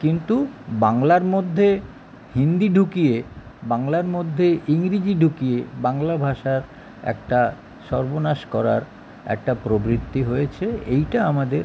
কিন্তু বাংলার মধ্যে হিন্দি ঢুকিয়ে বাংলার মধ্যে ইংরেজি ঢুকিয়ে বাংলা ভাষার একটা সর্বনাশ করার একটা প্রবৃত্তি হয়েছে এইটা আমাদের